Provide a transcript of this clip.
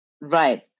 Right